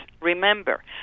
Remember